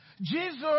Jesus